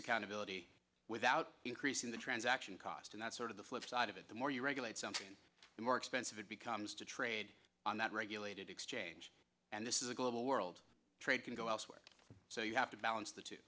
accountability without increasing the transaction cost and that's sort of the flip side of it the more you regulate something the more expensive it becomes to trade on that regulated exchange and this is a global world trade can go elsewhere so you have to balance the two